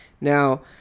Now